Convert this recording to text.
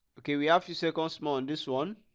okay we have two seconds more on this one